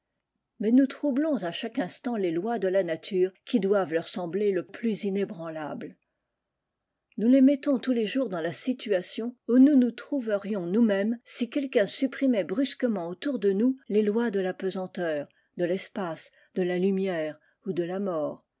mais nous troxiblons à chaque instant les lois de la nature qui doivent leur sembler le plus inébranlables nous les mettons tous les jours dans la situation où nous nous trouverions nous-mêmes si quelqu'un supprimait brusquement autour de nous les lois de la pesanteur de l'espace de la lumière ou de la mort